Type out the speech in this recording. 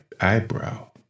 eyebrow